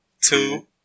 two